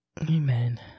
Amen